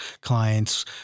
clients